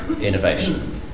innovation